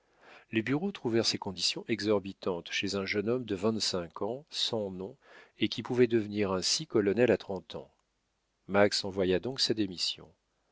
les bureaux trouvèrent ces conditions exorbitantes chez un jeune homme de vingt-cinq ans sans nom et qui pouvait devenir ainsi colonel à trente ans max envoya donc sa démission